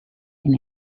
and